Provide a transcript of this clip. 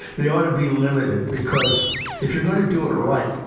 they ought to be limited. because if you're going to do it, right,